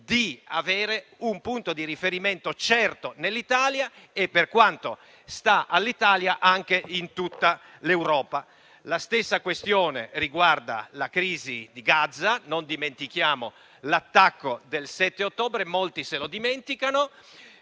per avere un punto di riferimento certo nell'Italia e, per quanto sta all'Italia, anche in tutta l'Europa. La stessa questione riguarda la crisi di Gaza. Non dimentichiamo l'attacco del 7 ottobre: molti lo dimenticano.